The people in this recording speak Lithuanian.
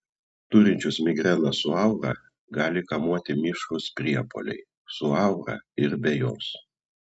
turinčius migreną su aura gali kamuoti mišrūs priepuoliai su aura ir be jos